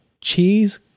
cheese